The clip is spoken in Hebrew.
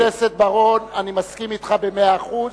חבר הכנסת בר-און, אני מסכים אתך במאה אחוז.